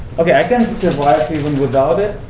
ok, i can survive without it.